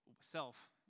self